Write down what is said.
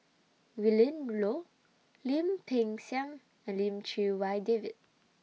Willin Low Lim Peng Siang and Lim Chee Wai David